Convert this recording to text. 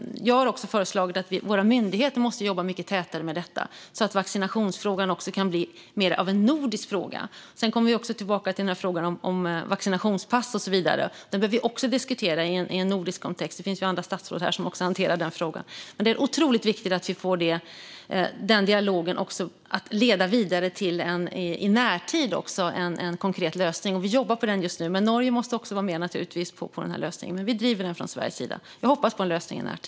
Jag har också föreslagit att våra myndigheter ska jobba mycket tätare med detta, så att vaccinationsfrågan kan bli mer av en nordisk fråga. Sedan behöver vi också diskutera frågan om vaccinationspass i en nordisk kontext. Det finns ju andra statsråd här som också hanterar den frågan. Det är otroligt viktigt att vi får dialogen att leda vidare till en konkret lösning i närtid. Vi jobbar på den just nu, men Norge måste naturligtvis också vara med på lösningen. Vi driver detta från Sveriges sida. Jag hoppas på en lösning i närtid.